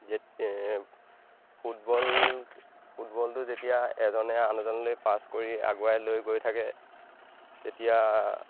যে ফুটবল ফুটবলটো যেতিয়া এজনে আন এজনলৈ পাছ কৰি আগুৱাই লৈ গৈ থাকে তেতিয়া